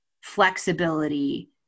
flexibility